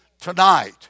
tonight